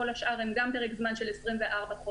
כאשר כל השאר הם גם פרק זמן של 24 חודש.